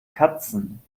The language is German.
katzen